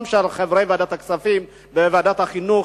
של חברי ועדת הכספים בוועדת החינוך,